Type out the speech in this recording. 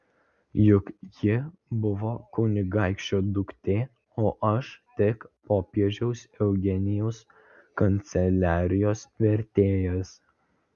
juk ji buvo kunigaikščio duktė o aš tik popiežiaus eugenijaus kanceliarijos vertėjas